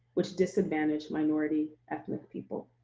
which disadvantage minority ethnic people.